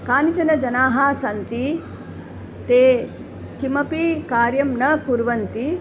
कानिचनजनाः सन्ति ते किमपि कार्यं न कुर्वन्ति